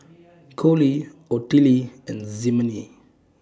Collie Ottilie and Ximena